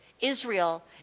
Israel